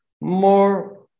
more